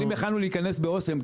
אם יכולנו להיכנס באסם,